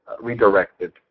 redirected